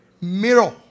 Mirror